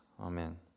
Amen